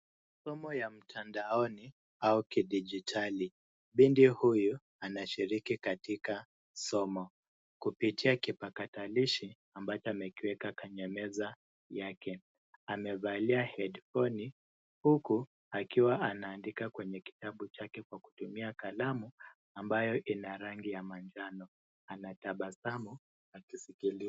Somo ya mtandaoni au kidijitali. Binti huyu anashiriki katika somo kupitia kipakatalishi ambacho amekiweka kwenye meza yake amevalia headphone huku akiwa anaandika kwenye kitabu chake kwa kutumia kalamu ambayo ina rangi ya manjano. Anatabasamu akisikiliza.